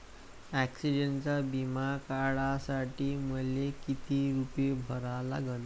ॲक्सिडंटचा बिमा काढा साठी मले किती रूपे भरा लागन?